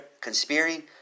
conspiring